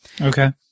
Okay